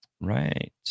Right